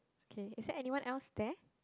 okay is there anyone else there